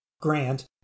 Grant